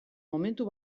momentu